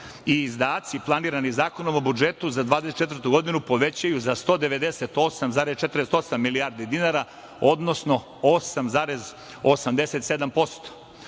i izdaci planirani Zakonom o budžetu za 2024. godinu povećaju za 198,48 milijardi dinara, odnosno 8,87%.